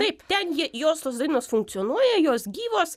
taip ten jie jos tos dainos funkcionuoja jos gyvos